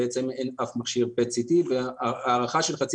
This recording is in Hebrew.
בעצם אין אף מכשיר PET CT. ההערכה של חצי